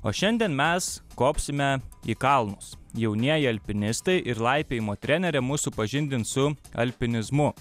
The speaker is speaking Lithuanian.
o šiandien mes kopsime į kalnus jaunieji alpinistai ir laipiojimo trenerė mus supažindins su alpinizmu